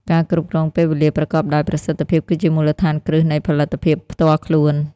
ការគ្រប់គ្រងពេលវេលាប្រកបដោយប្រសិទ្ធភាពគឺជាមូលដ្ឋានគ្រឹះនៃផលិតភាពផ្ទាល់ខ្លួន។